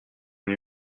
nie